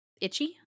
itchy